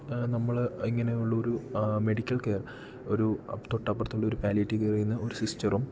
നമ്മൾ ഇങ്ങനെയുള്ള ഒരു മെഡിക്കൽ കെയർ ഒരു അ തൊട്ടപ്പുറത്തുള്ള ഒരു പാലിയേറ്റീവ് കെയറിൽ നിന്നു ഒരു സിസ്റ്ററും